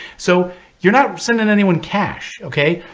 so you're not sending anyone cash. ok.